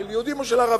של יהודים או של ערבים,